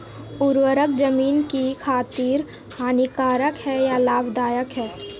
उर्वरक ज़मीन की खातिर हानिकारक है या लाभदायक है?